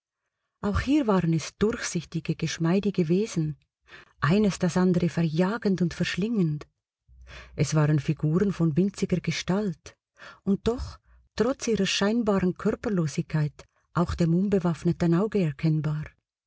auch hier waren es durchsichtige geschmeidige wesen eines das andere verjagend und verschlingend es waren figuren von winziger gestalt und doch trotz ihrer scheinbaren körperlosigkeit auch dem unbewaffneten auge erkennbar